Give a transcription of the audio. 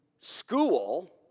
school